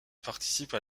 participe